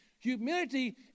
Humility